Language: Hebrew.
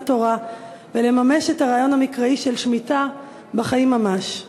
התורה ולממש את הרעיון המקראי של השמיטה בחיים ממש.